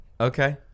Okay